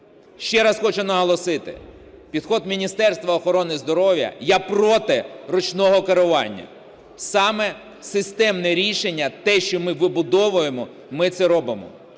Ще раз хочу наголосити, підхід Міністерства охорони здоров'я: я проти ручного керування. Саме системне рішення - те, що ми вибудовуємо, ми це робимо.